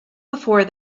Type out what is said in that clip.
before